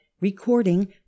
Recording